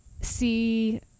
See